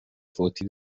فوتی